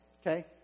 Okay